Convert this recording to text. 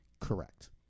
Correct